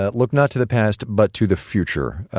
ah look not to the past but to the future,